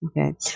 Okay